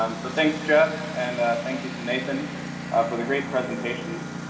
um so, thanks, jeff, and thank you to nathan for the great presentations.